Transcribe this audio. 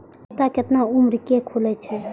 खाता केतना उम्र के खुले छै?